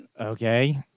Okay